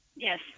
Yes